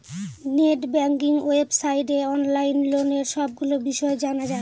net banking ওয়েবসাইটে online লোনের সবগুলো বিষয় জানা যায়